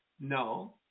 No